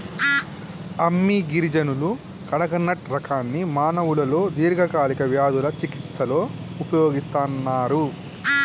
అమ్మి గిరిజనులు కడకనట్ రకాన్ని మానవులలో దీర్ఘకాలిక వ్యాధుల చికిస్తలో ఉపయోగిస్తన్నరు